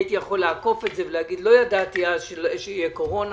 הייתי יכול לעקוף את העניין הזה ולהגיד שלא ידעתי שתהיה קורונה.